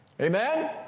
Amen